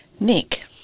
Nick